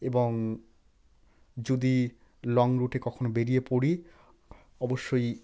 এবং যদি লং রুটে কখনও বেরিয়ে পড়ি অবশ্যই